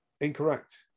Incorrect